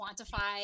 quantify